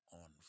on